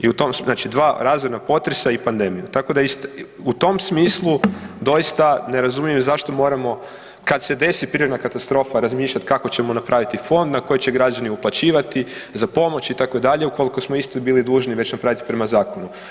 I u tom, znači dva razorna potresa i pandemiju, tako da u tom smislu doista ne razumijem zašto moramo, kad se desi prirodna katastrofa razmišljati kako ćemo napraviti fond na koji će građani uplaćivati, za pomoć itd., ukoliko smo isti bili dužni već napraviti prema Zakonu.